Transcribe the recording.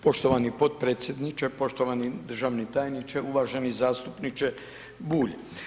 Poštovani potpredsjedniče, poštovani državni tajniče, uvaženi zastupniče Bulj.